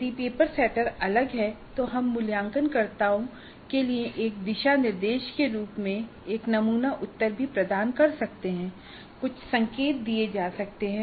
यदि paper setter अलग हैं तो हम मूल्यांकनकर्ताओं के लिए एक दिशानिर्देश के रूप में एक नमूना उत्तर भी प्रदान कर सकते हैं कुछ संकेत दिए जा सकते हैं